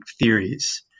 theories